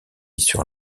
sur